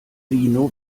vino